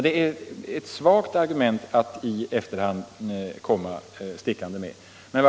Det är alltså ett svagt argument som man i efterhand kommer stickande med.